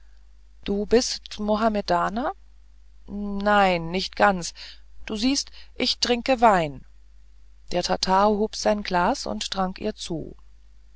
du bist mohammedaner nnein nicht ganz du siehst ich trinke wein der tatar hob sein glas und trank ihr zu